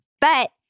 But-